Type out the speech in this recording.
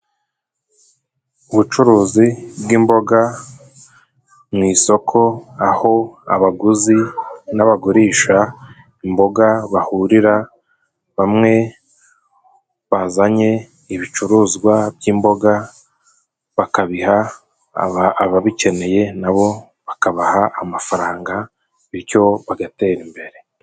Ubucuruzi bw'imboga mu isoko aho abaguzi nabagurisha imboga bahurira. Bamwe bazanye ibicuruzwa by'imboga, bakabiha ababikeneye nabo bakabaha amafaranga, bityo bagatera imbere.